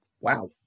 wow